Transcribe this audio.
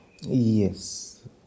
Yes